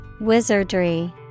Wizardry